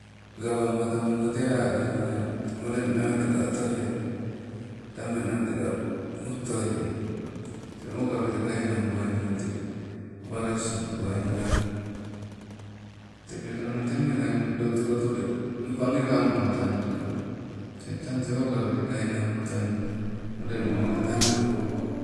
Gawammato mogote, alebala olen nawete ka otoie, tabeng naweteka otoie. Eng tee okaweteka enan buainna, walasi umainala te pekalonote melang, eng lotulotu eng page kang otandi teng tang tee okaweteka enang oh, otoinala oleng nga maka tabeng.